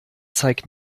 zeigt